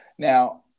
Now